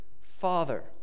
father